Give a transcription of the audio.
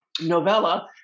novella